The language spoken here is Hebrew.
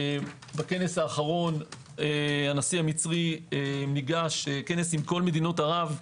בכנס האחרון, עם כל מדינות ערב,